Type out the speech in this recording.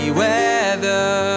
weather